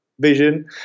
vision